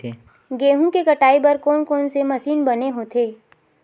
गेहूं के कटाई बर कोन कोन से मशीन बने होथे?